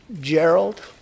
Gerald